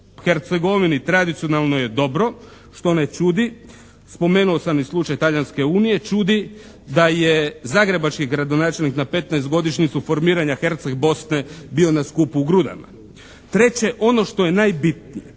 Hercegovini tradicionalno je dobro, što ne čudi. Spomenuo sam i slučaj Talijanske unije, čudi da je zagrebački gradonačelnik na 15. godišnjicu formiranja Herceg Bosne bio na skupu u Grudama. Treće, ono što je najbitnije.